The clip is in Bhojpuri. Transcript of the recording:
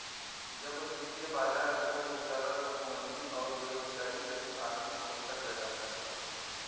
जब वित्तीय बाजार विफल हो जाला तब मंदी आउर बेरोजगारी सहित आर्थिक समस्या पैदा हो जाला